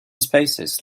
spaces